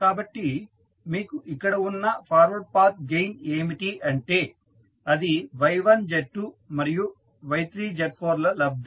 కాబట్టి మీకు ఇక్కడ ఉన్న ఫార్వర్డ్ పాత్ గెయిన్ ఏమిటి అంటే అది Y1 Z2 మరియు Y3 Z4 ల లబ్దం